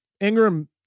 Ingram